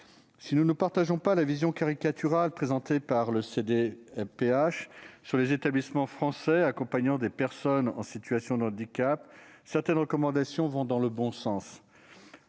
Si nous ne partageons pas la vision caricaturale présentée par le CDPH sur les établissements français accompagnant des personnes en situation de handicap, certaines recommandations vont dans le bon sens